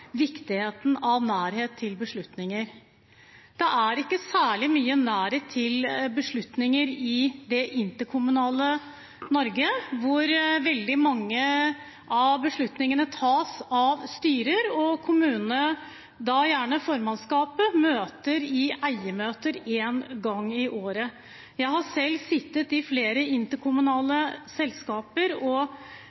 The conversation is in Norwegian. viktigheten av nærhet til beslutninger. Det er ikke særlig mye nærhet til beslutninger i det interkommunale Norge, hvor veldig mange av beslutningene tas av styrer, og kommunene, da gjerne formannskapet, møter i eiermøter én gang i året. Jeg har selv sittet i flere interkommunale